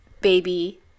baby